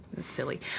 Silly